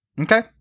Okay